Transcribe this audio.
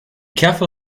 careful